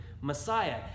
Messiah